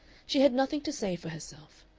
she had nothing to say for herself.